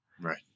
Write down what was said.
Right